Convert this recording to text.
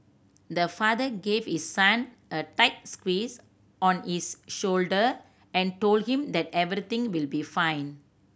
the father gave his son a tight squeeze on his shoulder and told him that everything will be fine